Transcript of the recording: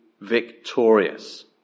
victorious